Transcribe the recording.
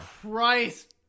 Christ